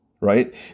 right